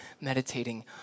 meditating